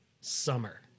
summer